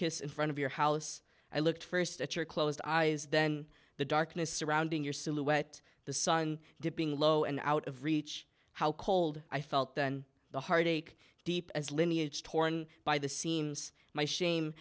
kiss in front of your house i looked st at your closed eyes then the darkness surrounding your silhouette the sun dipping low and out of reach how cold i felt then the heart ache deep as lineage torn by the seams my shame